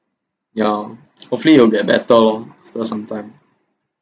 yeah hopefully will get better lor after sometime